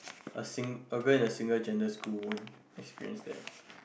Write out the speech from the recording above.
a sing~ a girl in a single gender school won't experience that